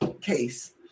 case